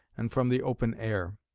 and from the open air.